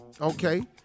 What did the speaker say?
Okay